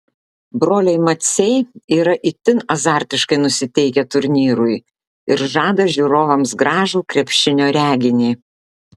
broliai maciai yra itin azartiškai nusiteikę turnyrui ir žada žiūrovams gražų krepšinio reginį